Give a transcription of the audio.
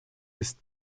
ist